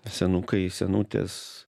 senukai senutės